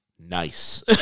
Nice